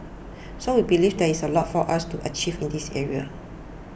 so we believe there is a lot for us to achieve in this area